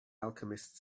alchemist